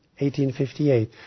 1858